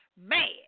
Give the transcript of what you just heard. mad